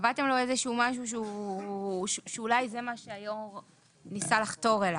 קבעתם לו איזשהו משהו שאולי זה מה שהיושב ראש ניסה לחתור אליו.